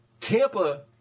Tampa